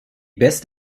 best